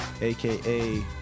aka